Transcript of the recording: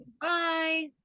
Bye